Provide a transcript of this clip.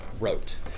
wrote